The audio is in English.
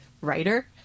Writer